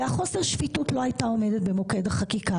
חוסר השפיטות לא היה עומד במוקד החקיקה